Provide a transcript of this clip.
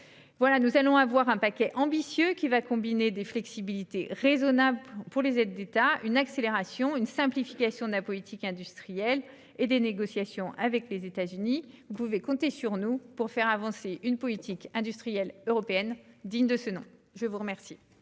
plan américain. Ce paquet ambitieux combinera des flexibilités raisonnables en matière d'aides d'État, une accélération ainsi qu'une simplification de la politique industrielle et des négociations avec les États-Unis. Vous pouvez compter sur nous pour faire avancer une politique industrielle européenne digne de ce nom. Nous en